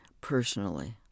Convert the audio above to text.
personally